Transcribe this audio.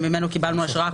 שממנו קיבלנו השראה,